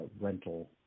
rental